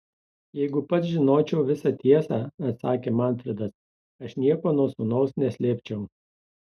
jeigu pats žinočiau visą tiesą atsakė manfredas aš nieko nuo sūnaus neslėpčiau